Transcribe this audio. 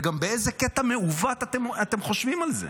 וגם באיזה קטע מעוות אתם חושבים על זה?